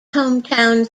hometown